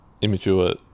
immature